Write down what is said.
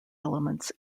elements